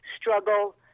struggle